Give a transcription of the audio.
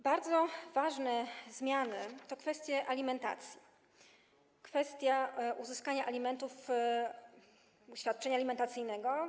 Bardzo ważne zmiany to kwestie alimentacji - uzyskania alimentów, świadczenia alimentacyjnego.